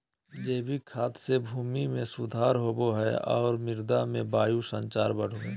जैविक खाद से भूमि में सुधार होवो हइ और मृदा में वायु संचार बढ़ो हइ